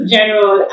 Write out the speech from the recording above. General